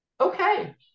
Okay